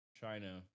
China